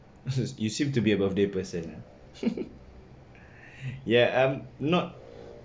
mmhmm you seem to be a birthday person ah ya I am not